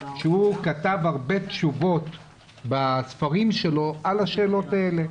שהוא כתב הרבה תשובות בספרים שלו על השאלות האלה.